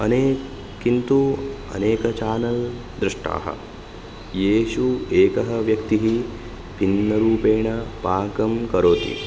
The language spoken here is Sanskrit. किन्तु अनेक चानल् दृष्टाः येषु एकः व्यक्तिः भिन्नरूपेण पाकं करोति